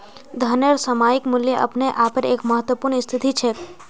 धनेर सामयिक मूल्य अपने आपेर एक महत्वपूर्ण स्थिति छेक